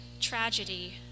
tragedy